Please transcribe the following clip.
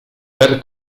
per